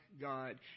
God